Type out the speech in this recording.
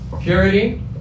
Purity